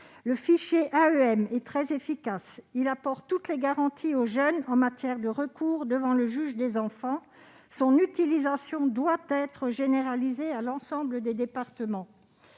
Le fichier AEM est très efficace. Il apporte toutes les garanties au jeune en matière de recours devant le juge des enfants. Son utilisation doit être généralisée à l'ensemble des départements.